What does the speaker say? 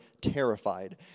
terrified